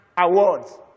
awards